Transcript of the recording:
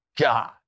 God